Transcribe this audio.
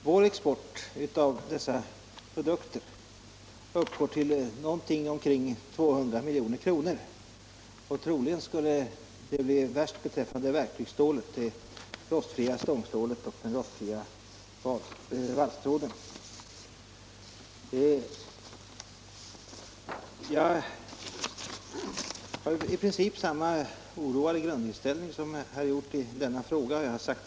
Vår export av dessa produkter uppgår till ett värde av omkring 200 milj.kr. Troligen skulle verktygsstålet, det rostfria stångstålet och det rostfria valsstålet drabbas hårdast. Jag har i princip samma grundinställning som herr Hjorth i denna fråga och känner stor oro.